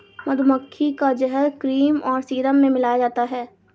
मधुमक्खी का जहर क्रीम और सीरम में मिलाया जाता है